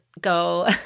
go